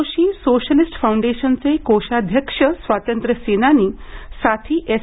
Joshi socialist फाउंडेशनचे कोषाध्यक्ष स्वातंत्रसेनानी साथी एस